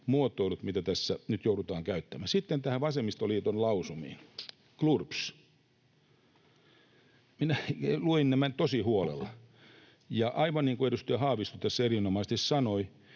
muotoilut, mitä tässä nyt joudutaan käyttämään. Sitten näihin vasemmistoliiton lausumiin — glurps. Minä luin nämä tosi huolella, ja aivan niin kuin edustaja Haavisto tässä erinomaisesti sanoi,